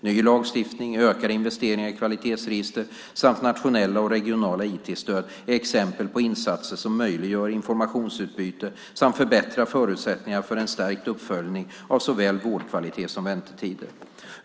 Ny lagstiftning, ökade investeringar i kvalitetsregister samt nationella och regionala IT-stöd är exempel på insatser som möjliggör informationsutbyte samt förbättrar förutsättningarna för en stärkt uppföljning av såväl vårdkvalitet som väntetider.